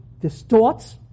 distorts